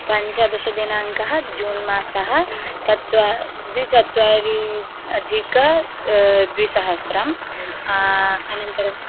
पञ्चदशदिनाङ्कः जून् मासः चत्वारि द्विचत्वारि अधिक द्विसहस्रम् अनन्तरम्